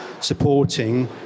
supporting